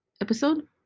episode